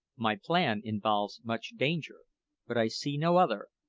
my plan involves much danger but i see no other,